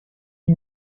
une